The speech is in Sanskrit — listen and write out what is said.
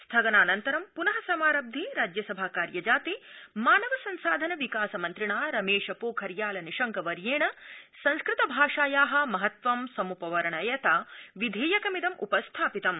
स्थगनानन्तरं पुनः समारव्ये राज्यसभा कार्यजाते मानव संसाधन विकास मन्त्रिणा रमेश पोखरियाल निशंक वर्येण संस्कृत भाषाया महत्वं समुपवर्णयता विधेयकमिदं उपस्थात्मु